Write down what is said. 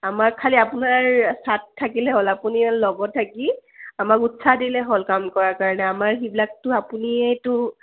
আমাৰ খালি আপোনাৰ ছাঁত থাকিলে হ'ল আপুনি লগত থাকি আমাক উৎসাহ দিলে হ'ল কাম কৰাৰ কাৰণে আমাৰ সেইবিলাকতো আপুনিয়েইটো